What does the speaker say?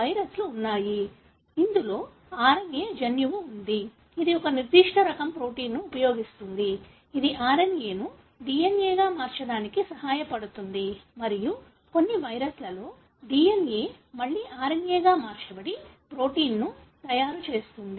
వైరస్లు ఉన్నాయి ఇందులో RNA జన్యువు ఉంది ఇది ఒక నిర్దిష్ట రకం ప్రోటీన్ను ఉపయోగిస్తుంది ఇది RNA ను DNA గా మార్చడానికి సహాయపడు తుంది మరియు కొన్ని వైరస్లలో DNA మళ్లీ RNA గా మార్చబడి ప్రోటీన్ను తయారు చేస్తుంది